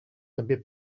també